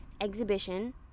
exhibition